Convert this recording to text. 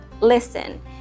listen